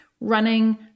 running